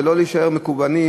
ולא להישאר מקובעים,